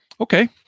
Okay